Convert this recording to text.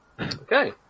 Okay